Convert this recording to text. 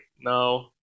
no